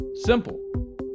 Simple